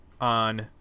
on